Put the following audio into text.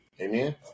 Amen